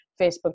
Facebook